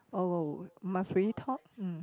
oh must we talk mm